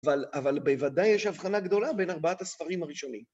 אבל אבל בוודאי יש הבחנה גדולה בין ארבעת הספרים הראשונים.